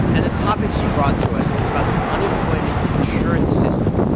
and a topic she brought to us is about the unemployment insurance system,